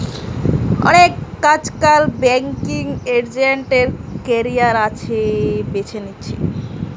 অনেকে আজকাল banking agent এর ক্যারিয়ার বেছে নিতেছে